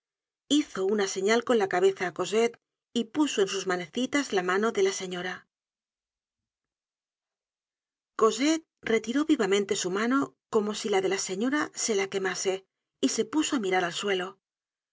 hizo una señal con la cabeza á cosette y puso en sus manecitas la mano de la señora i cosette retiró vivamente su mano como si la de la señora se la quemase y se puso á mirar al suelo